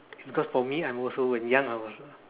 is because for me I'm also when young I was